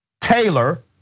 Taylor